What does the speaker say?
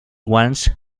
wants